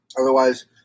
Otherwise